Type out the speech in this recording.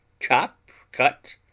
chop, cut,